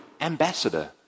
ambassador